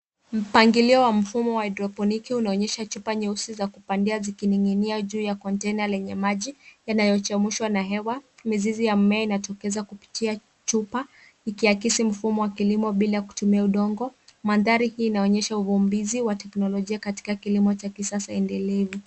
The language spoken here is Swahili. Mpangilio wa mfumo wa haidroponiki unaonyesha chupa nyeusi za kupandia zikining'inia juu ya container yenye maji, yanayochemshwa na hewa. Mizizi ya mmea inatokeza kupitia chupa ikiakisi mfumo wa kilimo bila kutumia udongo. Mandhari hii inaonyesha uvumbuzi wa kiteknolojia katika kilimo cha kisasa endelevu.